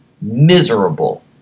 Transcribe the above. miserable